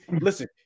listen